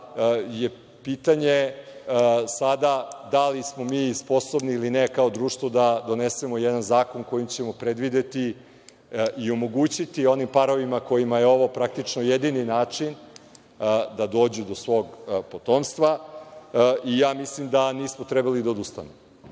da, pitanje je sada da li smo mi sposobni ili ne kao društvo da donesemo jedan zakon kojim ćemo predvideti i omogućiti onim parovima kojima je ovo praktično jedini način da dođu do svog potomstva. Ja mislim da nismo trebali da odustanemo. Žao